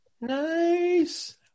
nice